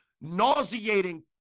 nauseating